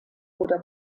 oder